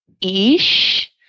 ish